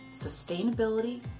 sustainability